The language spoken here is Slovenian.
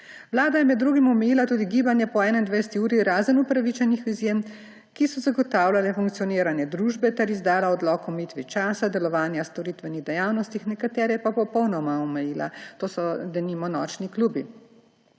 Vlada je med drugim omejila tudi gibanje po 21. uri, razen upravičenih izjem, ki so zagotavljale funkcioniranje družbe, ter izdala odlok o omejitvi časa delovanja storitvenih dejavnosti, nekatere pa je popolnoma omejila, denimo nočne klube.